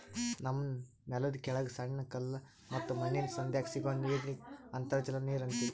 ನಮ್ಮ್ ನೆಲ್ದ ಕೆಳಗ್ ಸಣ್ಣ ಕಲ್ಲ ಮತ್ತ್ ಮಣ್ಣಿನ್ ಸಂಧ್ಯಾಗ್ ಸಿಗೋ ನೀರಿಗ್ ಅಂತರ್ಜಲ ನೀರ್ ಅಂತೀವಿ